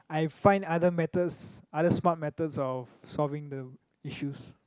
I find other methods other smart methods of solving the issues